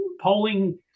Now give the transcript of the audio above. polling